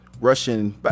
Russian